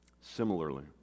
Similarly